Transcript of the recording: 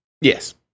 Yes